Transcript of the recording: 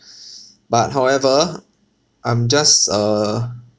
but however I'm just uh